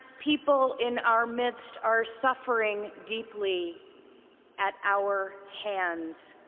people in our midst are suffering deeply at our hands.